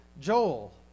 Joel